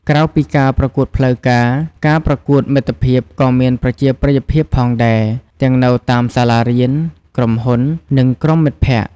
ក្រៅពីការប្រកួតផ្លូវការ ការប្រកួតមិត្តភាពក៏មានប្រជាប្រិយភាពផងដែរ ទាំងនៅតាមសាលារៀន ក្រុមហ៊ុន និងក្រុមមិត្តភក្តិ។